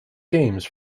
games